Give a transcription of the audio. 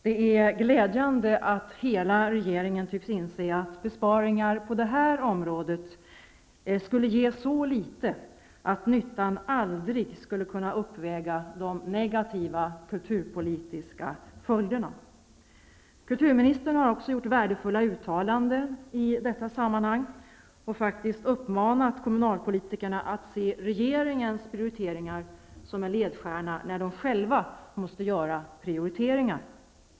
Det är glädjande att hela regeringen tycks inse att besparingar på detta område skulle ge så litet att nyttan aldrig skulle kunna uppväga de negativa kulturpolitiska följderna. Kulturministern har också gjort värdefulla uttalanden i detta sammanhang och faktiskt uppmanat kommunalpolitikerna att se regeringens prioriteringar som en ledstjärna när de själva måste göra prioriteringar.